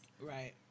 Right